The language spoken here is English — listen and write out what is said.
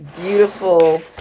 beautiful